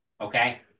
Okay